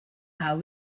how